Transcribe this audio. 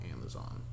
Amazon